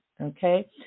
Okay